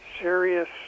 serious